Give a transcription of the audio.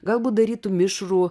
galbūt darytų mišrų